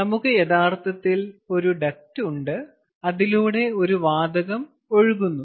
നമുക്ക് യഥാർത്ഥത്തിൽ ഒരു ഡക്ട് ഉണ്ട് അതിലൂടെ ഒരു വാതകം ഒഴുകുന്നു